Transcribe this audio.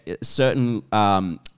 certain –